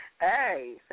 hey